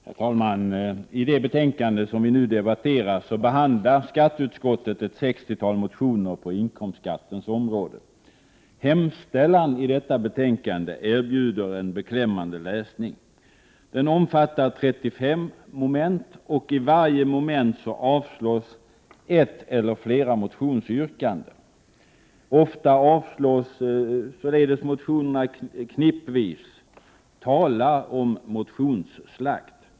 Herr talman! I det betänkande som vi nu debatterar behandlar skatteutskottet ett sextiotal motioner på inkomstskattens område. Hemställan i detta betänkande erbjuder en beklämmande läsning. Den omfattar 35 moment, och i varje moment föreslås avslag på ett eller flera motionsyrkanden. Ofta föreslås avslag på motioner knippvis. Tala om motionsslakt!